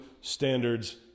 standards